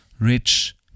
rich